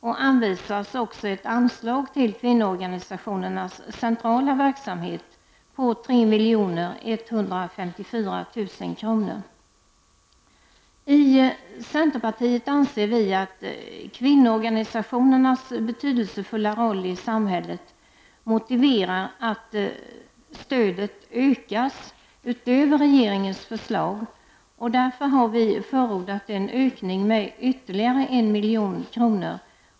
Ett anslag på 3 154 000 kr. anvisas också till kvinnoorganisationernas centrala verksamhet. Vi i centerpartiet anser att kvinnoorganisationernas betydelsefulla roll i samhället motiverar att stödet ökas, utöver vad regeringen har föreslagit. Därför har vi förordat en ökning med ytterligare 1 milj.kr.